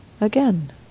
again